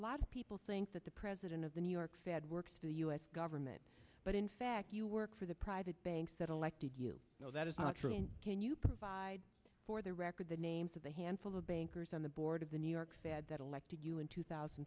lot of people think that the president of the new york fed works for the u s government but in fact you work for the private banks that aleck did you know that is true and can you provide for the record the names of the handful of bankers on the board of the new york fed that elected you in two thousand